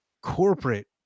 corporate